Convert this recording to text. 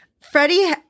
Freddie